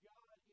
God